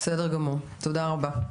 בסדר גמור, תודה רבה.